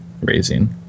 raising